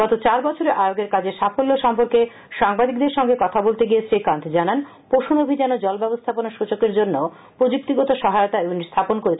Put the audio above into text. গত চার বছরে আয়োগের কাজের সাফল্য সম্পর্কে সাংবাদিকদের সঙ্গে কথা বলতে গিয়ে শ্রী কান্ত জানান পোষণ অভিযান ও জলব্যবস্থাপনা সচকের জন্য প্রযুক্তিগত সহায়তা ইউনিট স্থাপন করেছে